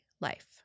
life